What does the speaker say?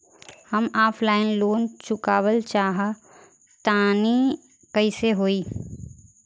हम offline loan चुकावल चाहऽ तनि कइसे होई?